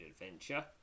adventure